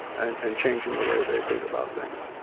and changing the way they think about things.